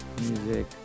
music